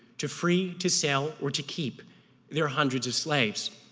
to free, to sell, or to keep their hundreds of slaves.